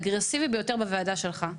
האגרסיבי ביותר בוועדה שלך,